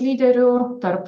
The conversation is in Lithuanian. lyderiu tarp